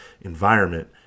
environment